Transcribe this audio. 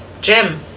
Jim